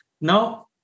now